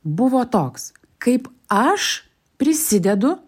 buvo toks kaip aš prisidedu